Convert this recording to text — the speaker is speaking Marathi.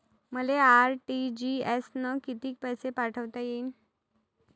मले आर.टी.जी.एस न कितीक पैसे पाठवता येईन?